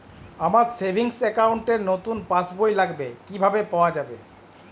আমার savings account র নতুন পাসবই লাগবে কিভাবে পাওয়া যাবে?